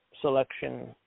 selection